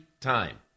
time